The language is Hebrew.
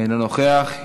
אינו נוכח.